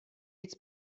víc